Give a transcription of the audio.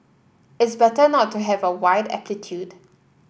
it's better not to have a wide amplitude